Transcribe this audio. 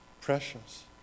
precious